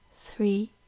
three